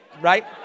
right